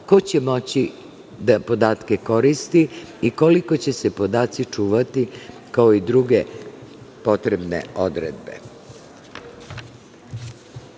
ko će moći da podatke koristi i koliko će se podaci čuvati, kao i druge potrebne odredbe. Kao